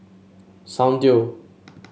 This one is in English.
soundteoh